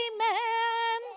Amen